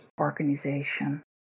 organization